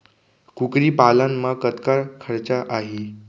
कुकरी पालन म कतका खरचा आही?